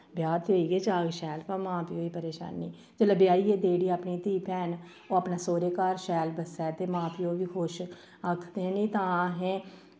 ब्याह् ते होई गै जाह्ग शैल व मां प्योऽ गी परेशानी जिसलै ब्याहियै देई ओड़ी अपनी धीऽ भैन ओह् अपनै सौह्रै घर शैल बस्सै ते मां प्योऽ बी खुश आखदे निं तां अहें